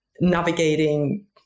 navigating